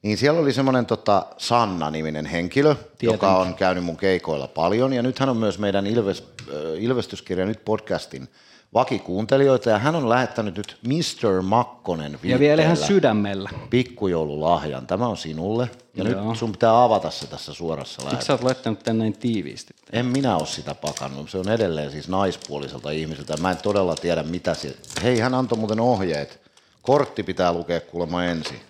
Niin siellä oli semmonen tota Sanna-niminen henkilö, joka Tietenkin. on käynyt mun keikoilla paljon. Ja nyt hän on myös meidän Ilves- äh, Ilvestyskirja Nyt podcastin vakikuuntelijoita. Ja hän on lähettänyt nyt Mr. Makkonen Ja vielä ihan Villeellä sydämellä. pikkujoululahjan. Tämä on sinulle. Ja nyt Joo. sun pitää avata se tässä suorassa Miksi sä oot lähetyksessä? laittanut tän näin tiiviisti? En minä ole sitä pakannut. Se on edelleen siis naispuoliselta ihmiseltä. Mä en todella tiedä, mitä se- Hei, hän antoi muuten ohjeet. Kortti pitää lukea kuulemma ensin.